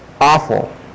awful